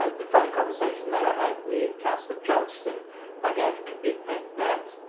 ah the phone conversation that i had with councillor johnston i gave a commitment that